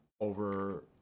over